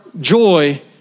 joy